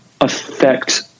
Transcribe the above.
affect